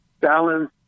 balance